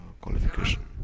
qualification